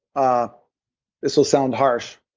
ah this'll sound harsh,